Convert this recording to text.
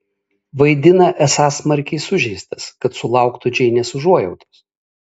vaidina esąs smarkiai sužeistas kad sulauktų džeinės užuojautos